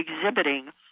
exhibiting